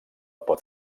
pot